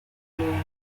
crown